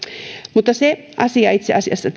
itse asiassa